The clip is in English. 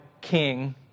king